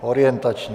Orientačně.